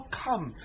come